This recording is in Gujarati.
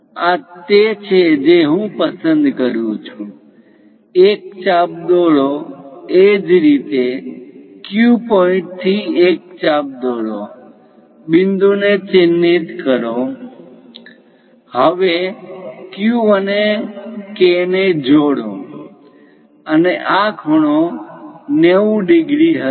આ તે છે જે હું પસંદ કરું છું એક ચાપ દોરો એ જ રીતે Q પોઇન્ટથી એક ચાપ દોરો બિંદુને ચિહ્નિત કરો હવે Q અને K ને જોડો અને આ ખૂણો 90 ડિગ્રી હશે